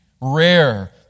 rare